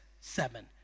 seven